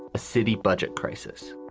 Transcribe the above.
a city budget crisis